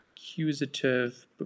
accusative